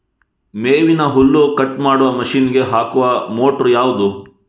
ಮೇವಿನ ಹುಲ್ಲು ಕಟ್ ಮಾಡುವ ಮಷೀನ್ ಗೆ ಹಾಕುವ ಮೋಟ್ರು ಯಾವುದು?